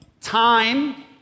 time